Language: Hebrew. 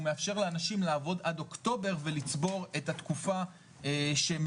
הוא מאפשר לאנשים לעבוד עד אוקטובר ולצבור את התקופה שמזכה